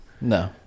No